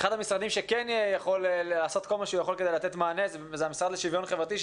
המשרדים שכן יכול לעשות דברים כדי לתת מענה הוא המשרד לשוויון חברתי,